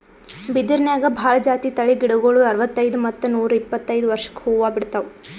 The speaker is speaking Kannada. ಬಿದಿರ್ನ್ಯಾಗ್ ಭಾಳ್ ಜಾತಿ ತಳಿ ಗಿಡಗೋಳು ಅರವತ್ತೈದ್ ಮತ್ತ್ ನೂರ್ ಇಪ್ಪತ್ತೈದು ವರ್ಷ್ಕ್ ಹೂವಾ ಬಿಡ್ತಾವ್